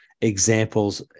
examples